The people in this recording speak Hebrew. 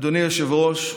אדוני היושב-ראש,